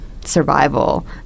survival